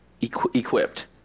equipped